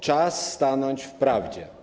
Czas stanąć w prawdzie.